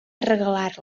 regalar